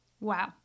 Wow